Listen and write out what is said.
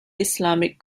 islamic